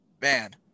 man